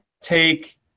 take